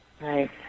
Right